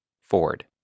Ford